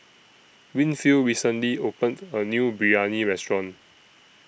Winfield recently opened A New Biryani Restaurant